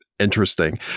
interesting